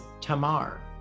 tamar